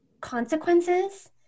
consequences